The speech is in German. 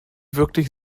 wirklich